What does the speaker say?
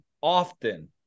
often